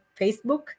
Facebook